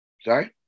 Sorry